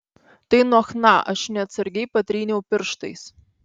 tai nuo chna aš neatsargiai patryniau pirštais